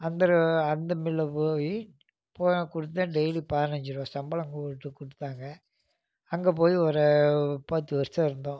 அந்த அந்த மில்லில் போய் போய் நான் கொடுத்தேன் டெய்லியும் பதினஞ்சு ரூவா சம்பளம் அங்கே போட்டு கொடுத்தாங்க அங்கே போய் ஒரு பத்து வருஷம் இருந்தோம்